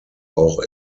auch